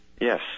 Yes